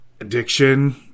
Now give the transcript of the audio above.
addiction